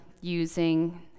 using